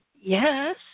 yes